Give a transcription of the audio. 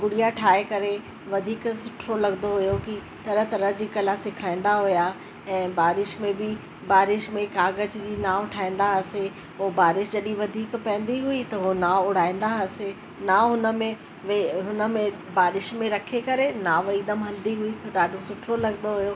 गुड़िया ठाहे करे वधीक सुठो लॻंदो हुओ कि तरह तरह जी कला सेखारींदा हुआ ऐं बारिश में बि बारिश में काॻज जी नाव ठाहींदा हुआसीं पोइ बारिश जॾहिं वधीक पवंदी हुई हू नाव उॾाईंदा हुआसीं नाव हुन में में हुन में बारिश में रखी करे नाव हिकदमि हलंदी हुई त ॾाढो सुठो लॻंदो हुओ